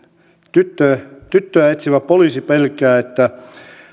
tyttöä tyttöä etsivä poliisi pelkää että